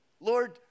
Lord